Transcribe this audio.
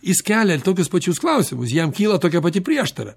jis kelia tokius pačius klausimus jam kyla tokia pati prieštara